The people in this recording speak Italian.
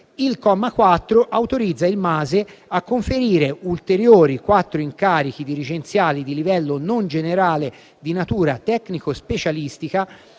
Il comma 4 autorizza il MASE a conferire ulteriori quattro incarichi dirigenziali di livello non generale di natura tecnico-specialistica,